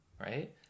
right